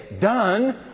done